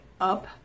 up